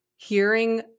Hearing